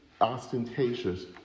ostentatious